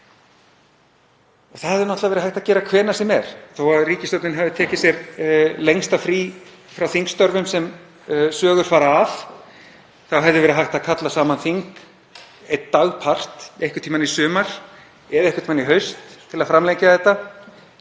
það hefði náttúrlega verið hægt að gera hvenær sem er. Þó að ríkisstjórnin hafi tekið sér lengsta frí frá þingstörfum sem sögur fara af þá hefði verið hægt að kalla saman þing einn dagpart einhvern tímann í sumar eða einhvern tímann í haust til að framlengja þetta